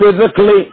physically